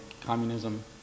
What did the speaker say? communism